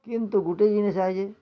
କିନ୍ତୁ ଗୁଟେ ଜିନ୍ଷ ଆହି ଯେ